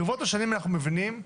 ברוות השנים אנחנו מבינים,